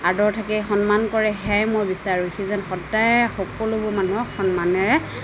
আদৰ থাকে সন্মান কৰে সেয়াই মই বিচাৰোঁ সি যেন সদায় সকলোবোৰ মানুহক সন্মানেৰে